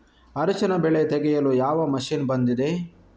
ಅರಿಶಿನ ಬೆಳೆ ತೆಗೆಯಲು ಯಾವ ಮಷೀನ್ ಬಂದಿದೆ?